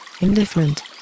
indifferent